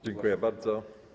Dziękuję bardzo.